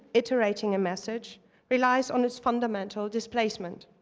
iterating a message relies on its fundamental displacement.